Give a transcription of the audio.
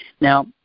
Now